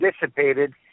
dissipated